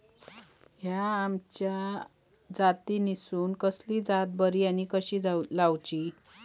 हया आम्याच्या जातीनिसून कसली जात बरी आनी कशी लाऊची?